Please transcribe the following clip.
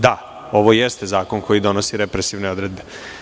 Da, ovo jeste zakon koji donosi represivne odredbe.